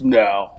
now